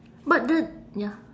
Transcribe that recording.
but the ya